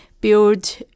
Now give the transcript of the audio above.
build